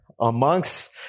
amongst